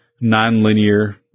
non-linear